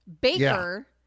Baker